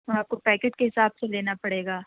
ہاں آپ کو پیکٹ کے حساب سے لینا پڑے گا